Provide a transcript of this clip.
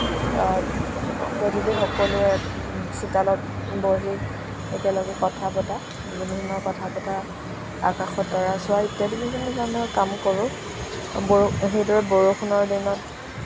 গধূলি সকলোৱে চোতালত বহি একেলগে কথা পতা বিভিন্ন কথা পতা আকাশৰ তৰা চোৱা ইত্যাদি বিভিন্ন ধৰণৰ কাম কৰোঁ বৰ সেইদৰে বৰষুণৰ দিনত